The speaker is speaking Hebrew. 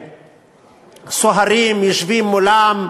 שהסוהרים יושבים מולם,